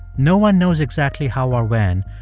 no one knows exactly how or when,